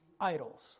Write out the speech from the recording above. idols